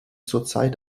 zurzeit